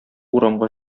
урамга